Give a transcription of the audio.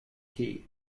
tea